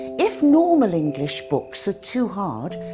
if normal english books are too hard,